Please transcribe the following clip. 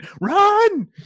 run